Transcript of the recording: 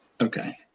Okay